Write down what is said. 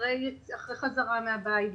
אחרי חזרה מהבית,